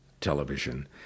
television